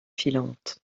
filantes